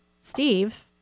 Steve